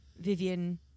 Vivian